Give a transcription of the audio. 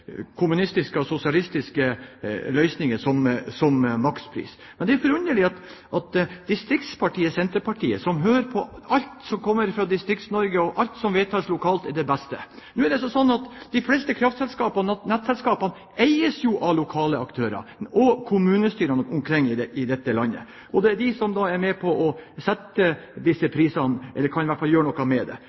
kommunistiske og sosialistiske løsninger som makspris. Det er forunderlig nå å oppleve distriktspartiet Senterpartiet, som ellers hører på alt som kommer fra Distrikts-Norge, og mener at alt som vedtas lokalt, er det beste. Nå er det sånn at de fleste kraftselskapene og nettselskapene eies av lokale aktører, og kommunestyrene omkring i dette landet er de som er med på å sette disse prisene, eller som iallfall kan gjøre noe med dem. Det